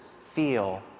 feel